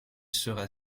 sera